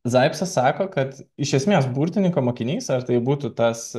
zaipcas sako kad iš esmės burtininko mokinys ar tai būtų tas